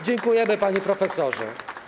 Dziękujemy, panie profesorze.